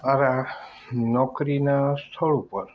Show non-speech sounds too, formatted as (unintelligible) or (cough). (unintelligible) નોકરીના સ્થળ ઉપર